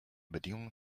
bedingungen